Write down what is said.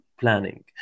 planning